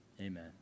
Amen